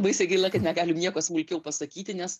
baisiai gaila kad negalim nieko smulkiau pasakyti nes